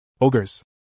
Ogres